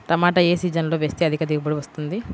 టమాటా ఏ సీజన్లో వేస్తే అధిక దిగుబడి వస్తుంది?